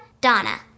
Donna